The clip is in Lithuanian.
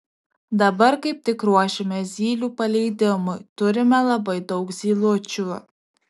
dabar kaip tik ruošiamės zylių paleidimui turime labai daug zylučių